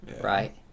Right